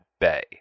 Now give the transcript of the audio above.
bay